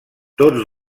tots